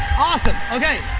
awesome. okay,